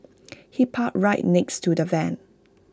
he parked right next to the van